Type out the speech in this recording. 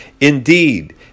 Indeed